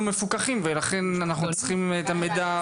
מפוקחים ולכן אנחנו צריכים את המידע.